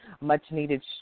much-needed